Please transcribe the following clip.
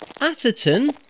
Atherton